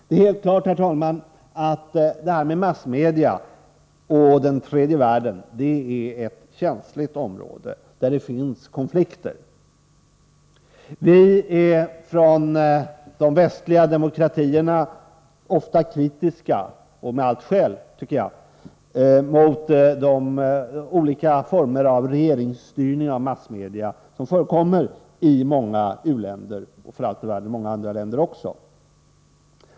Det är helt klart, herr talman, att detta med massmedia och den tredje världen är ett känsligt område, där det finns konflikter. Vi är från de västliga demokratierna ofta kritiska — och med allt skäl, tycker jag — mot de olika former av regeringsstyrning av massmedia som förekommer i många u-länder, och för allt i världen också i många andra länder.